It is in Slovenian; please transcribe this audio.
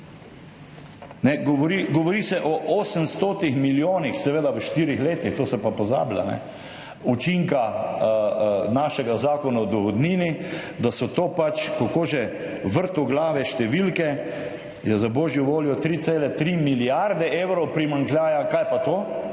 Govori se o 800 milijonih – seveda v štirih letih, to se pa pozablja – učinka našega Zakona o dohodnini. Da so to pač – kako že? – vrtoglave številke. Je za božjo voljo, 3,3 milijarde evrov primanjkljaja, kaj pa to?